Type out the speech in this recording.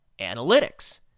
analytics